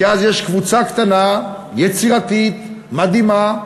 כי אז יש קבוצה קטנה, יצירתית, מדהימה,